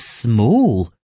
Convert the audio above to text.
Small